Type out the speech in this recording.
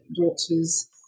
daughters